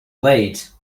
late